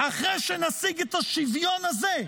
אחרי שנשיג את השוויון הזה,